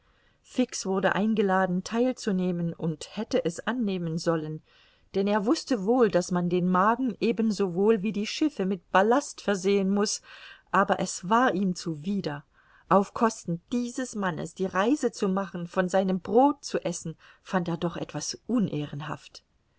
wurde eingeladen theilzunehmen und hätte es annehmen sollen denn er wußte wohl daß man den magen ebensowohl wie die schiffe mit ballast versehen muß aber es war ihm zuwider auf kosten dieses mannes die reise zu machen von seinem brod zu essen fand er doch etwas